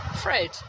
Fred